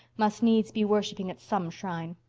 must needs be worshipping at some shrine.